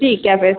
ਠੀਕ ਹੈ ਫਿਰ